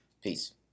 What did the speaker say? Peace